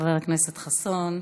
חבר הכנסת חסון.